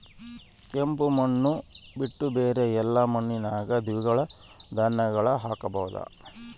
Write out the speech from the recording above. ಕೆಂಪು ಮಣ್ಣು ಬಿಟ್ಟು ಬೇರೆ ಎಲ್ಲಾ ಮಣ್ಣಿನಾಗ ದ್ವಿದಳ ಧಾನ್ಯಗಳನ್ನ ಹಾಕಬಹುದಾ?